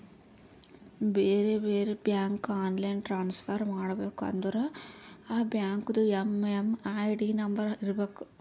ಬೇರೆ ಬ್ಯಾಂಕ್ಗ online transfer ಮಾಡಬೇಕ ಅಂದುರ್ ಆ ಬ್ಯಾಂಕ್ದು ಎಮ್.ಎಮ್.ಐ.ಡಿ ನಂಬರ್ ಇರಬೇಕ